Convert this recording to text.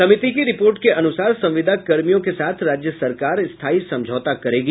समिति की रिपोर्ट के अनुसार संविदा कर्मियों के साथ राज्य सरकार स्थाई समझौता करेगी